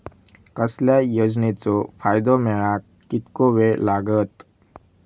कसल्याय योजनेचो फायदो मेळाक कितको वेळ लागत?